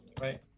right